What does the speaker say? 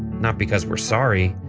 not because we're sorry,